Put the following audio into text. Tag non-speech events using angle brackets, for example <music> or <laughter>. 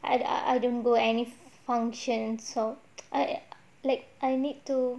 and I don't go any function so <noise> I like I need to